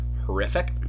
horrific